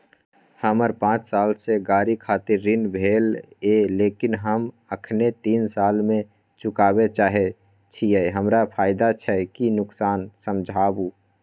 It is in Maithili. हमर पाँच साल ले गाड़ी खातिर ऋण भेल ये लेकिन हम अखने तीन साल में चुकाबे चाहे छियै हमरा फायदा छै की नुकसान समझाबू?